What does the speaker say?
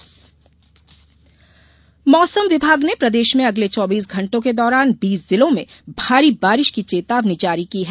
मौसम मौसम विभाग ने प्रदेश में अगले चौबीस घंटों के दौरान बीस जिलों में भारी बारिश की चेतावनी जारी की है